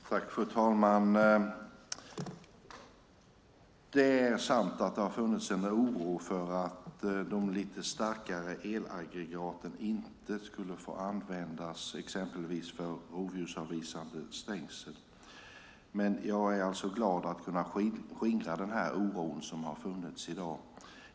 Fru talman! Det är sant att det har funnits en oro för att de lite starkare elaggregaten inte skulle få användas exempelvis för rovdjursavvisande stängsel. Men jag är alltså glad att kunna skingra denna oro.